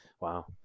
Wow